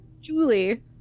Julie